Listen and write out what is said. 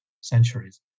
centuries